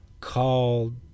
called